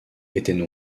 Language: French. étaient